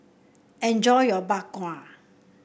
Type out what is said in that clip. enjoy your Bak Kwa